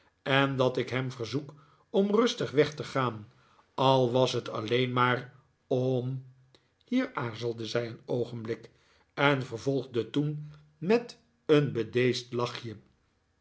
en dat ik hem verzoek om rustig weg te gaan al was het alleen maar om hier aarzelde zij een oogenblik en vervolgde toen met een bedeesd lachje